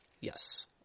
yes